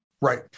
Right